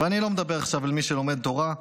ואני לא מדבר עכשיו למי שלומד תורה.